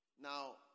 Now